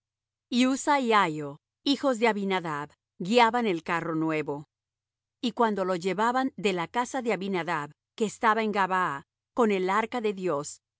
y uzza y ahio hijos de abinadab guiaban el carro nuevo y cuando lo llevaban de la casa de abinadab que estaba en gabaa con el arca de dios